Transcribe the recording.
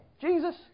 Jesus